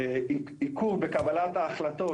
עיכוב בקבלת החלטות,